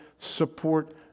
support